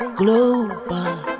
global